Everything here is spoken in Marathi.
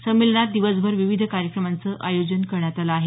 संमेलनात दिवसभर विविध कार्यक्रमांचं आयोजन करण्यात आलं आहे